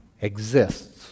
exists